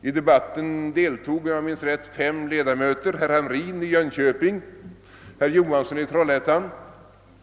I debatten deltog, om jag minns rätt, fem ledamöter: herr Hamrin i Jönköping, herr Johansson i Trollhättan,